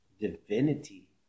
divinity